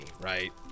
right